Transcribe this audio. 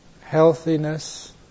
Healthiness